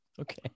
Okay